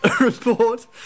report